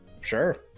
Sure